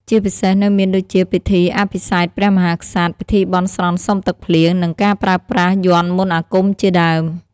ជាពិសេសនៅមានដូចជា ពិធីអភិសេកព្រះមហាក្សត្រ ពិធីបន់ស្រន់សុំទឹកភ្លៀង និងការប្រើប្រាស់យ័ន្តមន្តអាគមជាដើម